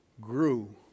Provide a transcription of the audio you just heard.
grew